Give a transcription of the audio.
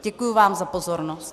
Děkuji vám za pozornost.